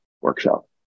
workshop